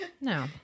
No